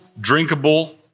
drinkable